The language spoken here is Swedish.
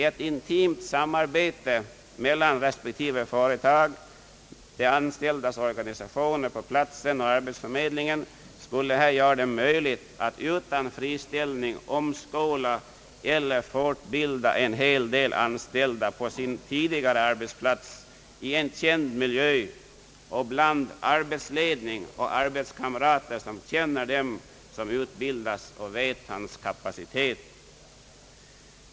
Ett intimt samarbete emellan respektive företag, de anställdas organisationer på platsen och arbetsförmedlingen skulle göra det möjligt att utan friställning omskola eller fortbilda en hel del anställda på deras tidigare arbetsplatser i en känd miljö med arbetsledning och arbetskamrater som känner den som utbildas och vet vilken kapacitet han har.